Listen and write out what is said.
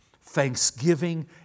thanksgiving